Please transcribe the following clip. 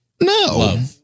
No